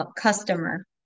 customer